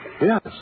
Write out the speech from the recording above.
Yes